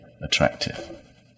attractive